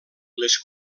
les